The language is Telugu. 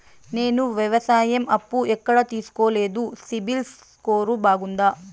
నేను వ్యవసాయం అప్పు ఎక్కడ తీసుకోలేదు, సిబిల్ స్కోరు బాగుందా?